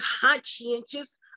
conscientious